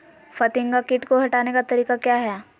फतिंगा किट को हटाने का तरीका क्या है?